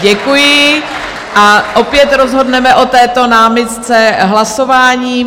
Děkuji a opět rozhodneme o této námitce hlasováním.